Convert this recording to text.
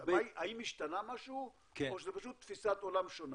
האם השתנה משהו, או שזו פשוט תפיסת עולם שונה?